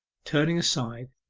turning aside,